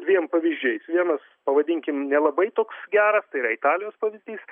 dviem pavyzdžiais vienas pavadinkim nelabai toks geras tai yra italijos pavyzdys